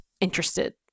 interested